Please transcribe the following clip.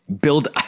build